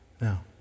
Now